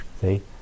see